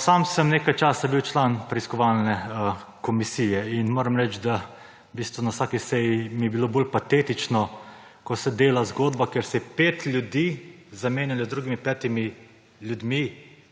Sam sem nekaj časa bil član preiskovalne komisije in moram reči, da v bistvu na vsaki seji mi je bilo bolj patetično, ko se dela zgodba, ker se je pet ljudi zamenjalo z drugimi petimi ljudmi,